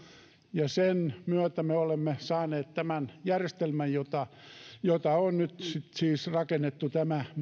ja sen myötä me olemme saaneet tämän järjestelmän jota jota on nyt siis rakennettu